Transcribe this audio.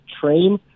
train